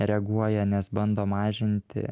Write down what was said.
reaguoja nes bando mažinti